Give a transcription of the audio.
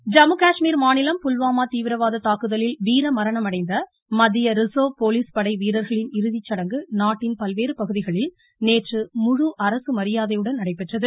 புல்வாமா ஜம்முகாஷ்மீர் மாநிலம் புல்வாமா தீவிரவாத தாக்குதலில் வீரமரணம் அடைந்த மத்திய ரிசர்வ் போலீஸ் படை வீரர்களின் இறுதிச்சடங்கு நாட்டின் பல்வேறு பகுதிகளில் நேற்று முழு அரசு மரியாதையுடன் நடைபெற்றது